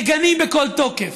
מגנים בכל תוקף.